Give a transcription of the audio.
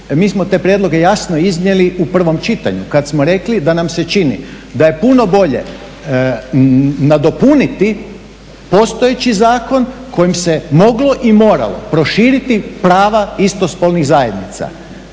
mi smo te prijedloge jasno iznijeli u prvom čitanju kada smo rekli da nam se čini da je puno bolje nadopuniti postojeći zakon kojim se moglo i moralo proširiti prava istospolnih zajednica